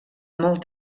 molt